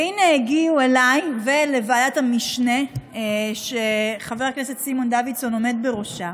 והינה הגיעו אליי ולוועדת המשנה שחבר הכנסת סימון דוידסון עומד בראשה